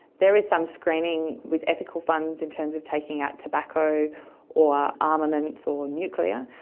there is some screening with ethical funds in terms of taking out tobacco or armaments or nuclear,